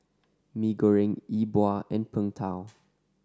Mee Goreng E Bua and Png Tao